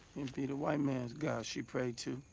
be the white man's god she pray to.